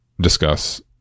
discuss